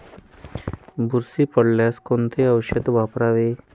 बुरशी पडल्यास कोणते औषध वापरावे?